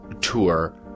Tour